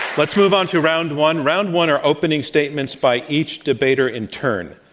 let's move on to round one. round one are opening statements by each debater in turn.